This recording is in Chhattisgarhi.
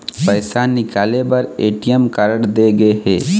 पइसा निकाले बर ए.टी.एम कारड दे गे हे